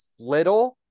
Flittle